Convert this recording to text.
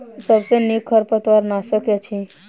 सबसँ नीक खरपतवार नाशक केँ अछि?